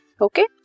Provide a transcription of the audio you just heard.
okay